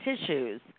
tissues